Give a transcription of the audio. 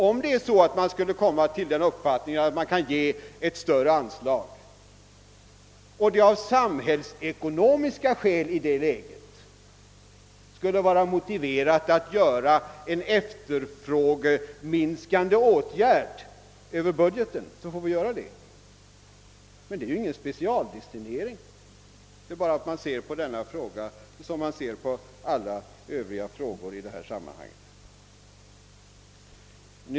Om man skulle komma till den uppfattningen, att ett större anslag skall utgå, och det av samhällsekonomiska skäl i detta läge skulle vara motiverat att vidtaga en efterfrågeminskande åtgärd över budgeten, får vi göra det. Det är emellertid inte någon specialdestinering utan innebär bara att man ser på denna fråga på samma sätt som man gör med alla övriga frågor i detta sammanhang.